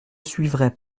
suivrai